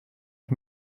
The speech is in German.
ich